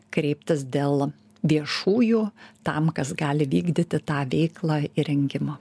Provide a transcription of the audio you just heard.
kreiptis dėl viešųjų tam kas gali vykdyti tą veiklą įrengimo